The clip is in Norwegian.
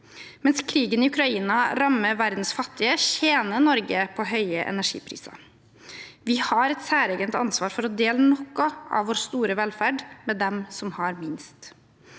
Mens krigen i Ukraina rammer verdens fattige, tjener Norge på høye energipriser. Vi har et særegent ansvar for å dele noe av vår store velferd med dem som har minst.